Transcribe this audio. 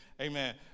Amen